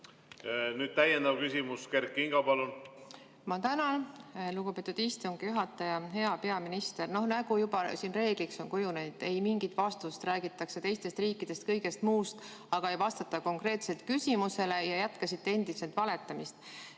Nüüd täiendav küsimus. Kert Kingo, palun! Ma tänan, lugupeetud istungi juhataja! Hea peaminister! Nagu juba reegliks on kujunenud, ei [saanud] mingit vastust, räägitakse teistest riikidest, kõigest muust, aga ei vastata konkreetselt küsimusele ja te jätkasite endiselt valetamist.